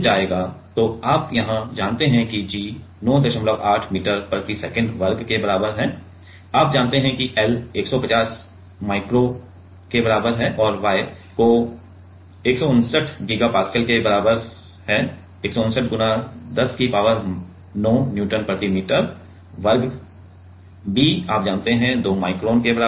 m 50 × 10 9 kg ms2 159 µm तो यहां आप जानते हैं कि g 98 मीटर प्रति सेकंड वर्ग के बराबर है आप जानते हैं कि l 150 माइक्रोन के बराबर है आप Y को 169 गीगा पास्कल के बराबर या 169 गुणा 10 की पावर 9 न्यूटन प्रति मीटर वर्ग आप जानते हैं b 2 माइक्रोन के बराबर